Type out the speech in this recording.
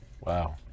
Wow